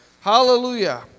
Hallelujah